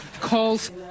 calls